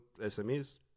SMEs